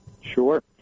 Sure